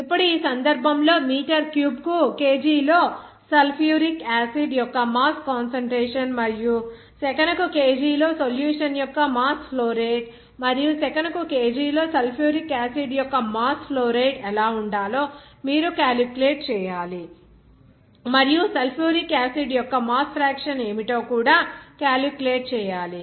ఇప్పుడు ఈ సందర్భంలో మీటర్ క్యూబ్కు kg లో సల్ఫ్యూరిక్ యాసిడ్ యొక్క మాస్ కాన్సంట్రేషన్ మరియు సెకనుకు kg లో సొల్యూషన్ యొక్క మాస్ ఫ్లో రేటు మరియు సెకనుకు kg లో సల్ఫ్యూరిక్ యాసిడ్ యొక్క మాస్ ఫ్లో రేటు ఎలా ఉండాలో మీరు క్యాలిక్యులేట్ చేయాలి మరియు సల్ఫ్యూరిక్ యాసిడ్ యొక్క మాస్ ఫ్రాక్షన్ ఏమిటో కూడా క్యాలిక్యులేట్ చేయాలి